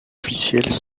officielles